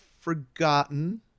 forgotten